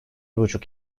buçuk